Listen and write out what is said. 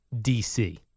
DC